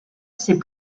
ses